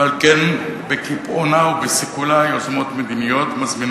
ועל כן בהקפיאה ובסכלה יוזמות מדיניות מזמינה